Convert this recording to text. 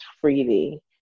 freely